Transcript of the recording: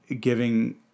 giving